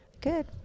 Good